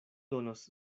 donos